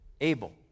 Abel